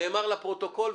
נאמר לפרוטוקול.